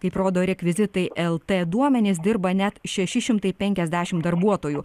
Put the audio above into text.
kaip rodo rekvizitai el t duomenys dirba net šeši šimtai penkiasdešimt darbuotojų